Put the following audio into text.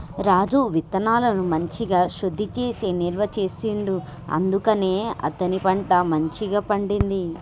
రాజు విత్తనాలను మంచిగ శుద్ధి చేసి నిల్వ చేసిండు అందుకనే అతని పంట మంచిగ పండింది